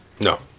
No